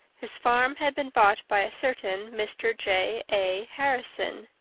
his farm had been bought by a certain mr. j. a. harrison,